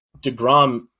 DeGrom